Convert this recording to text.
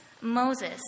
Moses